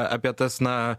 apie tas na